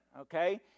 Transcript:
okay